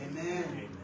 Amen